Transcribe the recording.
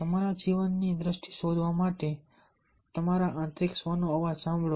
તમારા જીવનની દ્રષ્ટિ શોધવા માટે તમારા આંતરિક સ્વનો અવાજ સાંભળો